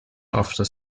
after